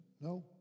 no